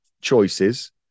choices